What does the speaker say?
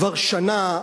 כבר שנה,